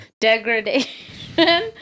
Degradation